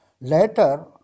Later